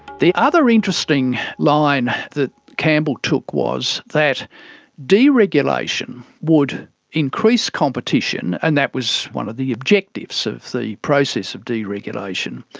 the other interesting line that campbell took was that deregulation would increase competition, and that was one of the objectives of the process of deregulation,